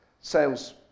sales